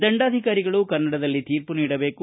ದಂಡಾಧಿಕಾರಿಗಳು ಕನ್ನಡದಲ್ಲಿ ತೀರ್ಪು ನೀಡಬೇಕು